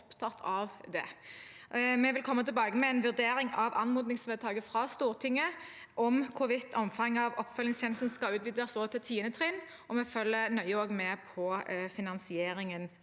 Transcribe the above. Vi vil komme tilbake med en vurdering av anmodningsvedtaket fra Stortinget om hvorvidt omfanget av oppfølgingstjenesten skal utvides til tiende trinn, og vi følger nøye med på finansieringen